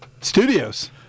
Studios